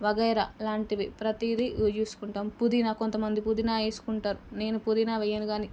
వగైరా లాంటివి ప్రతీదీ చూసుకుంటాము పుదీనా కొంత మంది పుదీనా వేసుకుంటారు నేను పుదీనా వేయను కానీ